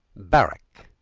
barrack,